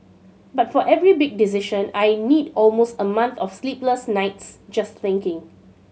but for every big decision I need almost a month of sleepless nights just thinking